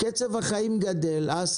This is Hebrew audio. קצב החיים נהיה מהיר יותר,